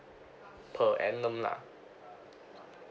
per annum lah